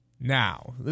Now